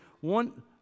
one